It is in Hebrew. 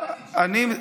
הדמוקרטית שלכם,